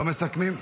לא מסכמים?